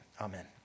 amen